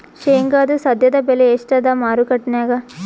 ಶೇಂಗಾದು ಸದ್ಯದಬೆಲೆ ಎಷ್ಟಾದಾ ಮಾರಕೆಟನ್ಯಾಗ?